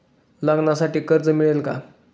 लग्नासाठी कर्ज मिळेल का?